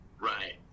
Right